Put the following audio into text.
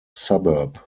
suburb